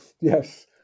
Yes